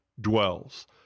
dwells